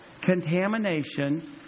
Contamination